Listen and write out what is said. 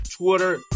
Twitter